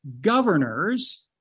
governors